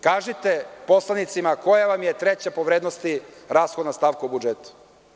Kažite poslanicima koja vam je treća po vrednosti rashodna stavka u budžetu?